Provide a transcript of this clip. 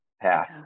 path